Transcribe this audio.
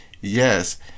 Yes